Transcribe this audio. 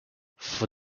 for